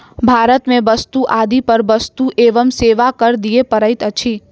भारत में वस्तु आदि पर वस्तु एवं सेवा कर दिअ पड़ैत अछि